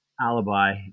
Alibi